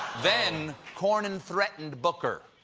then, cornyn threatened booker.